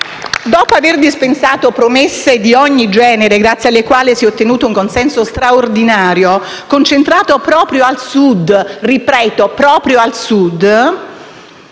Dopo aver dispensato promesse di ogni genere, grazie alle quali si è ottenuto un consenso straordinario, concentrato proprio al Sud - ripeto: proprio al Sud